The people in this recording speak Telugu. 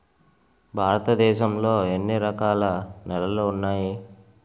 భారతదేశం లో ఎన్ని రకాల నేలలు ఉన్నాయి?